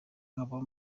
nkaba